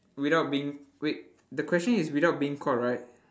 without being wait the question is without being caught right